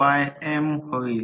तर copper loss 12